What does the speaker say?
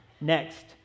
Next